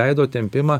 veido tempimą